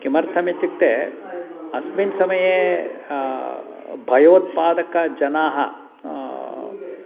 किमर्थमित्युक्ते अस्मिन् समये भयोत्पादकजनाः